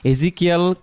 Ezekiel